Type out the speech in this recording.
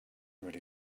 really